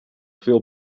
veel